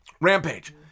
Rampage